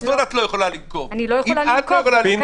מה זאת אומרת שאת לא יכולה לנקוב?